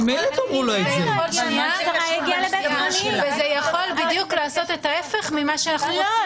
זה יכול בדיוק לעשות את ההפך ממה שאנחנו רוצים.